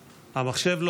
בליאק, נכון?